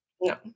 No